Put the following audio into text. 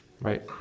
Right